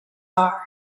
are